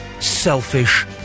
Selfish